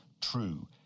true